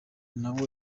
nawe